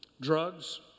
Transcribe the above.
Drugs